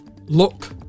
look